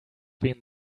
been